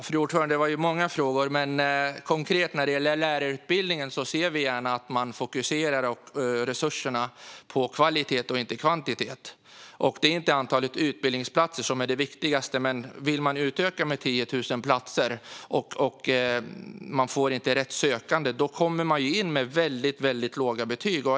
Fru talman! Det var många frågor, men konkret när det gäller lärarutbildningen ser vi gärna att man fokuserar resurserna på kvalitet och inte på kvantitet. Det är inte antalet utbildningsplatser som är det viktigaste, men vill man utöka med 10 000 platser och inte får rätt sökande kommer de sökande in på väldigt låga betyg.